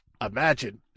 imagine